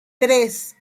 tres